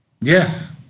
Yes